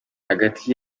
hagati